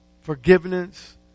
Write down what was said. forgiveness